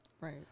Right